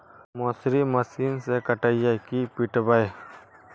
मसुरी मशिन से कटइयै कि पिटबै?